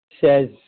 says